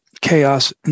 chaos